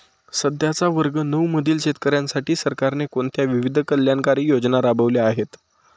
सध्याच्या वर्ग नऊ मधील शेतकऱ्यांसाठी सरकारने कोणत्या विविध कल्याणकारी योजना राबवल्या आहेत?